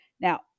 Now